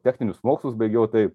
techninius mokslus baigiau tai